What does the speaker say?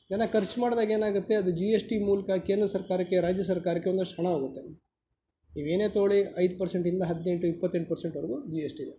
ಜನ ಖರ್ಚು ಮಾಡಿದಾಗ ಏನಾಗುತ್ತೆ ಅದು ಜಿ ಎಸ್ ಟಿ ಮೂಲಕ ಕೇಂದ್ರ ಸರ್ಕಾರಕ್ಕೆ ರಾಜ್ಯ ಸರ್ಕಾರಕ್ಕೆ ಒಂದಷ್ಟು ಹಣ ಹೋಗುತ್ತೆ ನೀವೇನೇ ತಗೊಳ್ಳಿ ಐದು ಪರ್ಸೆಂಟ್ ಇಂದ ಹದಿನೆಂಟು ಇಪ್ಪತ್ತೆಂಟು ಪರ್ಸೆಂಟ್ವರೆಗೂ ಜಿ ಎಸ್ ಟಿ ಇದೆ